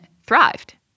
thrived